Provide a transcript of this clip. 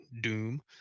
Doom